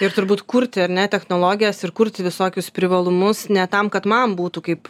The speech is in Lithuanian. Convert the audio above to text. ir turbūt kurti ar ne technologijas ir kurti visokius privalumus ne tam kad man būtų kaip